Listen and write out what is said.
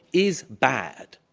is bad.